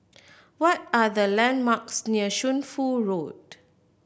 what are the landmarks near Shunfu Road